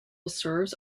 serves